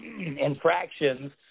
infractions